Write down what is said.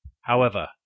However